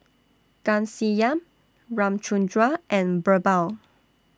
Ghanshyam Ramchundra and Birbal